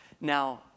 Now